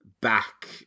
back